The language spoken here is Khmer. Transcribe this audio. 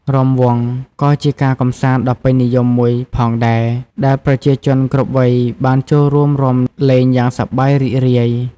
រាំវង់ ក៏ជាការកម្សាន្តដ៏ពេញនិយមមួយផងដែរ ដែលប្រជាជនគ្រប់វ័យបានចូលរួមរាំលេងយ៉ាងសប្បាយរីករាយ។